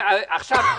עכשיו,